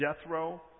Jethro